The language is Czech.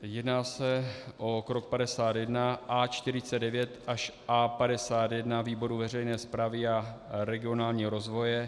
Jedná se o krok 51 A49 až A51 výboru veřejné správy a regionálního rozvoje.